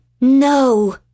No